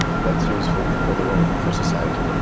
that's useful for the world and for society. like